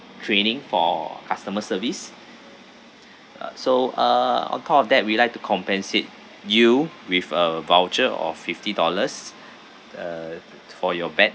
training for customer service ah so uh on top of that we like to compensate you with a voucher of fifty dollars uh t~ for your bad